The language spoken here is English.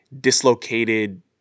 dislocated